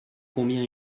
combien